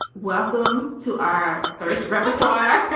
welcome to our third repertoire